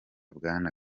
bwana